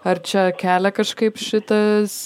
ar čia kelia kažkaip šitas